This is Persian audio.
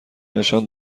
نشان